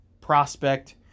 prospect